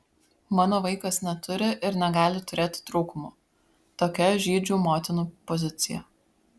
mano vaikas neturi ir negali turėti trūkumų tokia žydžių motinų pozicija